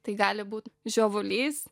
tai gali būt žiovulys